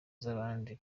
z’abandi